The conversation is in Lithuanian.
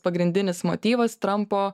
pagrindinis motyvas trampo